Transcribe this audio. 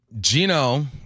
Gino